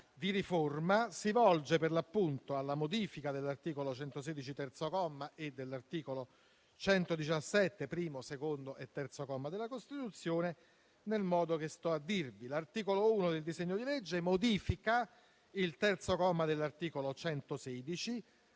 di riforma si volge alla modifica dell'articolo 116, comma terzo, e dell'articolo 117, primo, secondo e terzo comma, della Costituzione nel modo che vado a dirvi. L'articolo 1 del disegno di legge modifica il terzo comma dell'articolo 116.